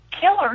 killer